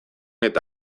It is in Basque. eta